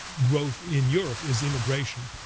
growth in europe is immigration.